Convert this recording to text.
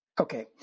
Okay